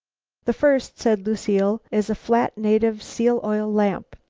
the first, said lucile, is a flat, native seal-oil lamp.